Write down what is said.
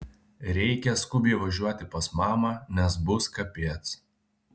reikia skubiai važiuoti pas mamą nes bus kapiec